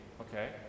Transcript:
okay